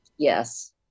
Yes